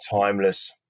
Timeless